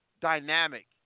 dynamic